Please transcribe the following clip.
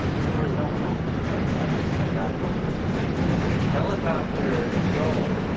so there was no call, but thank god no one was and injured helicopter. yo